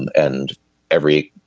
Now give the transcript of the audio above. and and every